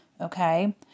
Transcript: Okay